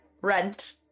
Rent